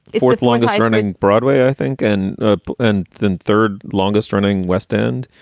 fourth longest running broadway, i think. and and the third longest running west end